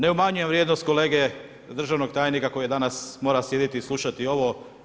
Ne umanjujem vrijednost kolege državnog tajnika, koji danas, mora sjediti i slušati ovo.